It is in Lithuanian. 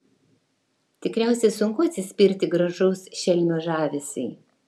tikriausiai sunku atsispirti gražaus šelmio žavesiui